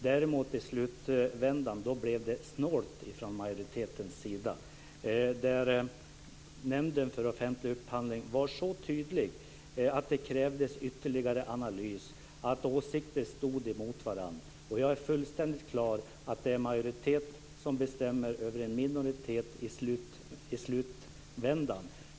Däremot blev det snålt från majoriteten i slutvändan. Nämnden för offentlig upphandling var så tydlig att det krävdes ytterligare analys. Åsikter stod mot varandra. Jag är fullständigt på det klara med att det i slutänden är en majoritet som bestämmer över en minoritet.